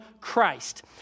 Christ